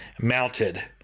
mounted